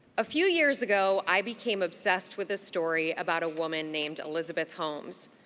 a few years ago, i became obsessed with a story about a woman named elizabeth holmes.